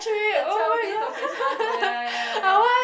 the twelve days of Christmas oh ya ya ya ya ya